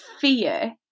fear